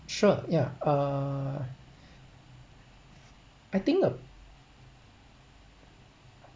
sure yeah uh I think a